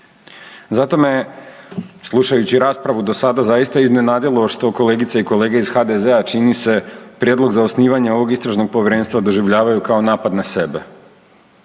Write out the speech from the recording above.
Zato me slušajući raspravu do sada zaista iznenadilo što kolegice i kolege iz HDZ-a čini se prijedlog za osnivanje ovog istražnog povjerenstva doživljavaju kao napad na sebe.